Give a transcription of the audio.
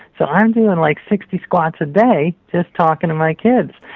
so i'm doing like sixty squats a day just talking to my kids.